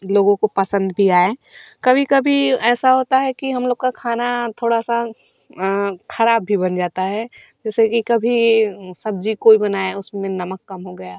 लोगों को पसंद भी आए कभी कभी ऐसा होता है कि हम लोग का खाना थोड़ा सा ख़राब भी बन जाता है जैसे कि कभी सब्ज़ी कोई बनाया उसमें नमक कम हो गया